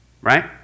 right